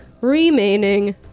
remaining